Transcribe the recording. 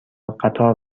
قطار